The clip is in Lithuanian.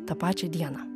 tą pačią dieną